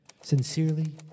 Sincerely